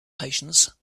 patience